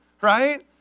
right